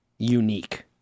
unique